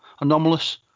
anomalous